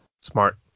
Smart